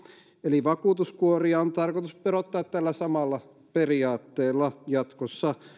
eli vakuutuskuoria on tarkoitus verottaa tällä samalla periaatteella jatkossa